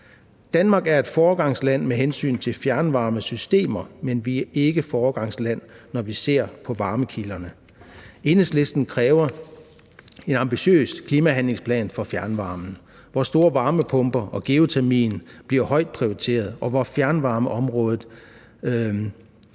Danmark er et foregangsland med hensyn til fjernvarmesystemer, men vi er ikke foregangsland, når vi ser på varmekilderne. Enhedslisten kræver en ambitiøs klimahandlingsplan for fjernvarmen, hvor store varmepumper og geotermi bliver højt prioriteret, hvor fjernvarmeområdet